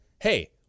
Hey